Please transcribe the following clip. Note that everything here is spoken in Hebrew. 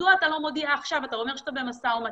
אתה אומר שאתה במשא ומתן,